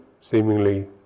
seemingly